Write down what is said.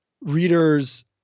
readers